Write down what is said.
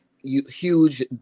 huge